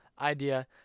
idea